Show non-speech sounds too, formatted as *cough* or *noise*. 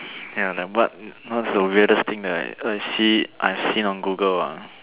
ya the what *noise* what's the weirdest thing that I I see I see on Google ah